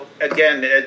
Again